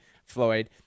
Floyd